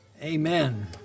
Amen